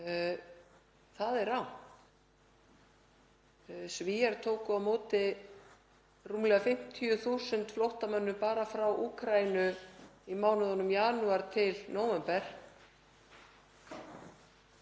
Það er rangt. Svíar tóku á móti rúmlega 50.000 flóttamönnum bara frá Úkraínu í mánuðunum janúar til nóvember.